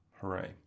Hooray